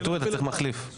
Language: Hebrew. ואטורי, אתה צריך מחליף.